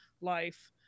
Life